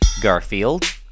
Garfield